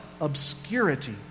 obscurity